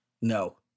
No